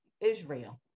Israel